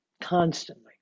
constantly